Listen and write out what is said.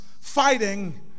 fighting